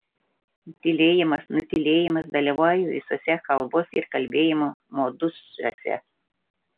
tylėjimas nutylėjimas dalyvauja visuose kalbos ir kalbėjimo modusuose